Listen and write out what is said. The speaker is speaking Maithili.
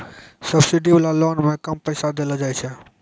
सब्सिडी वाला लोन मे कम पैसा देलो जाय छै